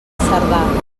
cerdà